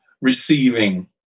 receiving